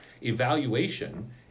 Evaluation